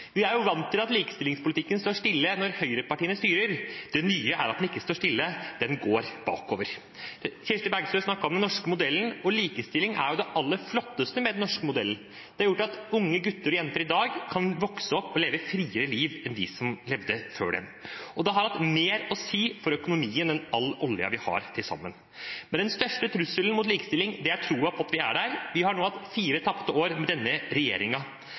Vi er jo vant til at likestillingspolitikken står stille når høyrepartiene styrer, det nye er at den ikke står stille, den går bakover. Kirsti Bergstø snakket om den norske modellen, og likestilling er det aller flotteste med den norske modellen. Det har gjort at unge gutter og jenter i dag kan vokse opp og leve friere liv enn de som levde før dem. Det har hatt mer å si for økonomien enn all oljen til sammen. Men den største trusselen mot likestilling er troen på at vi er der vi skal. Vi har nå fire tapte år med denne